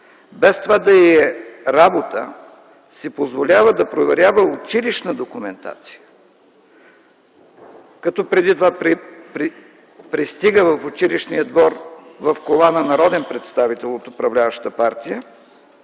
без това да й е работа, си позволява да проверява училищна документация, като преди това пристига в училищния двор в кола на народен представител от управляващата партия,